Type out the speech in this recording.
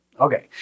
Okay